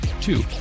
Two